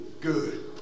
Good